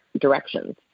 directions